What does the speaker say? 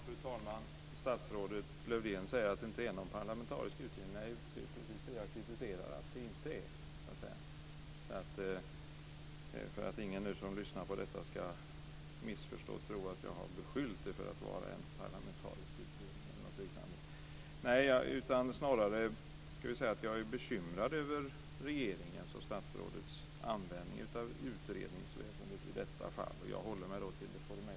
Fru talman! Statsrådet Lövdén säger att det inte är någon parlamentarisk utredning. Det är just att den inte är det som jag kritiserar. Jag säger detta för att ingen som lyssnar på det här ska missförstå och tro att jag har beskyllt den för att vara en parlamentarisk utredning eller något liknande. Jag är snarare bekymrad över regeringens och statsrådets användning av utredningsväsendet i detta fall. Jag håller mig nu till det formella.